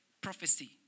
prophecy